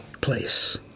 place